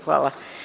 Hvala.